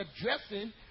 addressing